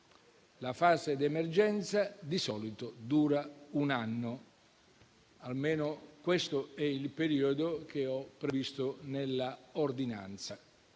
La fase di emergenza di solito dura un anno; almeno, questo è il periodo che ho previsto nell'ordinanza.